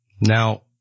Now